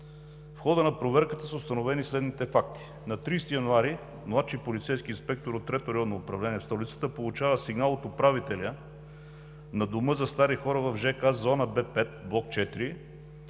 В хода на проверката са установени следните факти: на 30 януари 2020 г. младши полицейски инспектор от 3-то Районно управление – София, получава сигнал от управителя на Дома за стари хора в жилищен комплекс